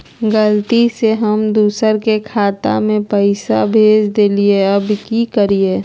गलती से हम दुसर के खाता में पैसा भेज देलियेई, अब की करियई?